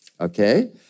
Okay